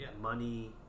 money